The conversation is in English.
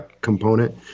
component